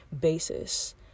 basis